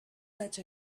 such